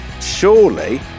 Surely